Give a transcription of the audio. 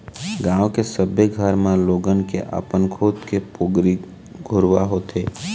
गाँव के सबे घर म लोगन के अपन खुद के पोगरी घुरूवा होथे ही